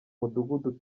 mudugudu